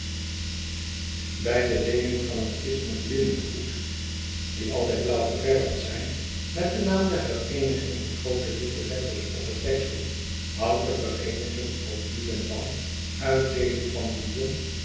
bij de leening van een kist met linnengoed die altijd blauwgeverwd zijn met den naam der vereeniging in groote witte letters op het deksel houdt de vereeniging ook nu en dan uitdeeling van bouillon